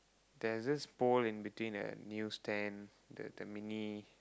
there's this pole in between the new stand the the mini